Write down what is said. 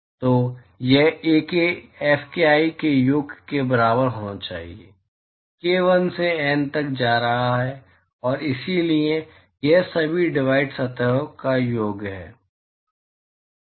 तो यह Ak Fki के योग के बराबर होना चाहिए k 1 से N तक जा रहा है और इसलिए यह सभी डिवाइड सतहों का योग है